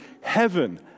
heaven